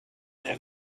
just